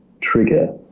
trigger